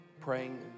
praying